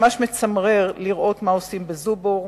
ממש מצמרר לראות מה עושים בזובור.